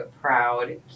proud